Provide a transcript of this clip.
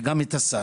וגם את השר